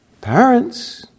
Parents